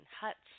huts